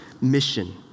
mission